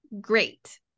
great